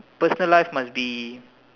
personal life must be